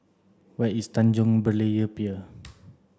where is Tanjong Berlayer Pier